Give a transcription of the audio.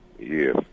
Yes